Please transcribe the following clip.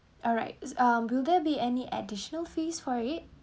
alright um will there be any additional fees for it